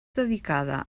dedicada